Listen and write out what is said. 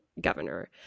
governor